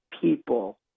people